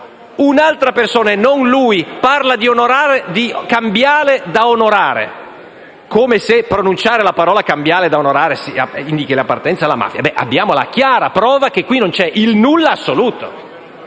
un'altra persona (non lui) parla di cambiale da onorare (come se pronunciare l'espressione "cambiale da onorare" indichi l'appartenenza alla mafia), abbiamo la chiara prova che qui c'è il nulla assoluto.